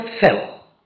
fell